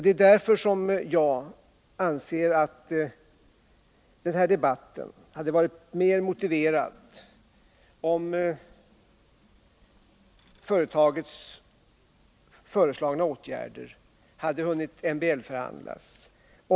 Detta är anledningen till att jag anser att denna debatt hade varit mer motiverad om företagets föreslagna åtgärder hade hunnit MBL-förhandlas.